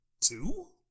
Two